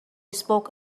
spoke